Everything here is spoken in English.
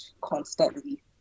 constantly